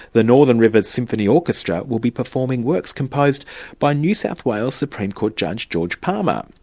the northern rivers symphony orchestra will be performing works composed by new south wales supreme court judge, george palmer.